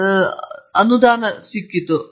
ಅವರು ಅದನ್ನು ಅನುದಾನ ಮಾಡಲು ಹೋಗುತ್ತಾರೆ